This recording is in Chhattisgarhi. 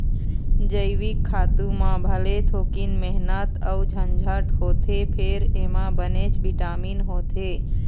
जइविक खातू म भले थोकिन मेहनत अउ झंझट होथे फेर एमा बनेच बिटामिन होथे